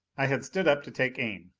i had stood up to take aim.